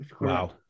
Wow